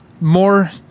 more